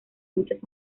muchas